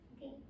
okay